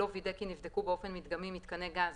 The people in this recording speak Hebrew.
לא וידא כי נבדקו באופן מדגמי מיתקני גז,